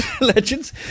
Legends